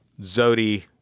Zodi